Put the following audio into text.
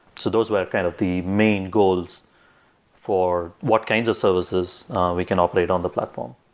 so those were kind of the main goals for what kinds of services we can operate on the platform.